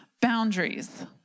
boundaries